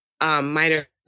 minor